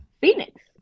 Phoenix